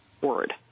word